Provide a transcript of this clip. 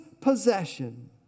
possession